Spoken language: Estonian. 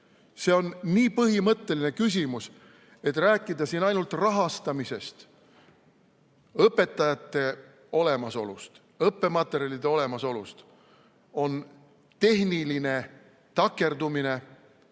on nii põhimõtteline küsimus, et rääkida siin ainult rahastamisest, õpetajate olemasolust ja õppematerjalide olemasolust on tehniline takerdumine